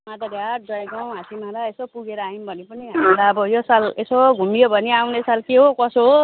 मादरी हाट जयगाउँ हाँसिमारा यसो पुगेर आयौँ भने पनि हामीलाई अब यो साल यसो घुमियो भने आउने साल के हो कसो हो